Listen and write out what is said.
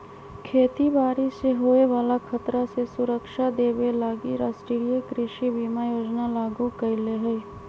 खेती बाड़ी से होय बला खतरा से सुरक्षा देबे लागी राष्ट्रीय कृषि बीमा योजना लागू कएले हइ